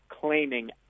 claiming